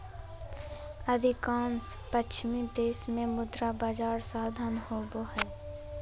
अधिकांश पश्चिमी देश में मुद्रा बजार साधन होबा हइ